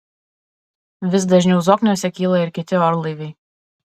vis dažniau zokniuose kyla ir kiti orlaiviai